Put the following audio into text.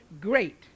great